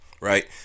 right